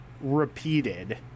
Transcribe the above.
repeated